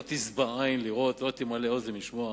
תשבע עין לראות ולא תמלא אוזן משמע,